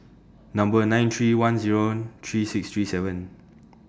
Number nine three one Zero three six three seven